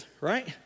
right